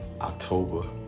October